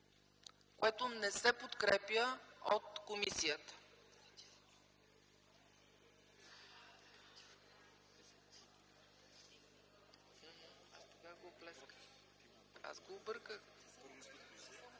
което не се подкрепя от комисията.